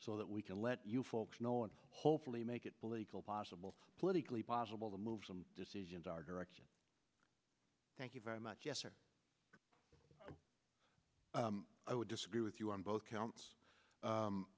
so that we can let you folks know and hopefully make it illegal possible politically possible to move some decisions our direction thank you very much yes or i would disagree with you on both counts